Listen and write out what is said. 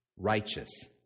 righteous